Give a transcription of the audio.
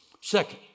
Second